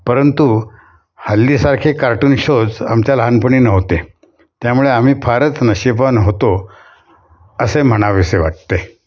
परंतु हल्लीसारखे cartoon shows आमच्या लहानपणी नव्हते त्यामुळे आम्ही फारच नशीबवान होतो असे म्हणावेसे वाटते